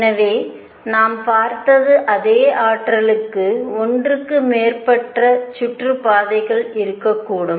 எனவே நாம் பார்த்தது அதே ஆற்றலுக்கு ஒன்றுக்கு மேற்பட்ட சுற்றுப்பாதைகள் இருக்கக்கூடும்